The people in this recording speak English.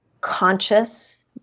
conscious